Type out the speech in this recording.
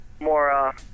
more